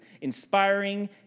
inspiring